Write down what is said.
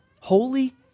holy